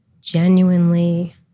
genuinely